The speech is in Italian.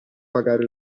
pagare